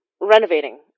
Renovating